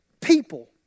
people